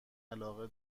علاقه